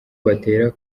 batera